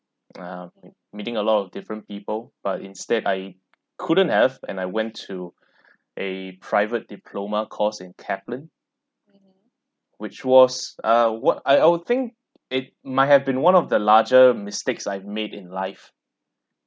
uh me~ meeting a lot of different people but instead I couldn't have and I went to a private diploma course in kaplan which was uh what I I would think it might have been one of the larger mistakes I've made in life